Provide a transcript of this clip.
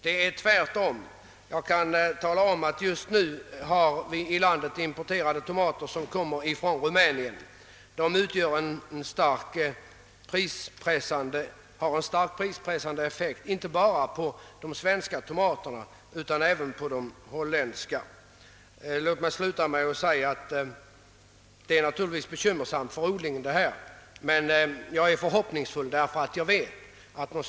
Detta är två som jag tycker mycket betydelsefulla punkter i de riktlinjer som vi om en stund skall fastställa för det framtida jordbruket. Familjejordbruket bör vara framtidsjordbruket, och ytterligare statliga insatser på kreditgivningens område behövs för att nå detta mål.